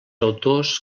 autors